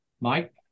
Mike